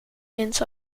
ends